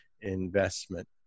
investment